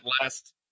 last